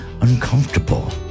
uncomfortable